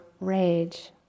rage